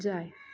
जाय